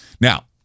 Now